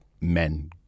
men